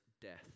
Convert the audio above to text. death